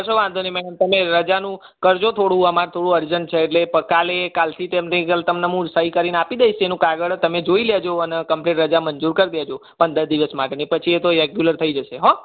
કશો વાંધો નહીં મેડમ તમે રજાનું કરજો થોડું અમારે થોડું અર્જન્ટ છે એટલે કાલે કાલથી તમને લીગલ હું તમને સહી કરીને આપી દઇશ એનું કાગળ તમે જોઈ લેજો અને ક્મ્પ્લેટ રજા મંજૂર કર દેજો પંદર દિવસ માટેની પછી એ તો રેગ્યુલર થઇ જશે હોં